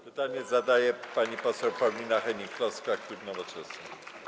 Pytanie zadaje pani poseł Paulina Hennig-Kloska, klub Nowoczesna.